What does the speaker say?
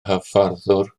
hyfforddwr